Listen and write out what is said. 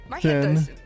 Ten